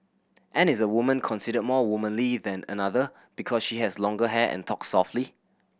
and is a woman considered more womanly than another because she has longer hair and talks softly